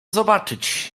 zobaczyć